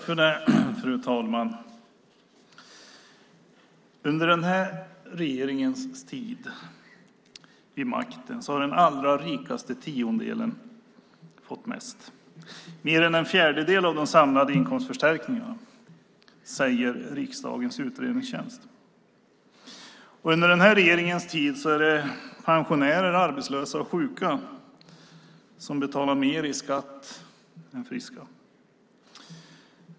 Fru talman! Under den här regeringens tid vid makten har den allra rikaste tiondelen fått mest - mer än en fjärdedel av de samlade inkomstförstärkningarna säger riksdagens utredningstjänst. Under den här regeringens tid är det pensionärer, arbetslösa och sjuka som betalar mer i skatt än friska.